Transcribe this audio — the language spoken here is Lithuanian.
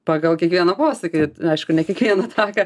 pagal kiekvieną posūkį aišku ne kiekvieną traką